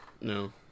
no